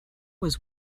was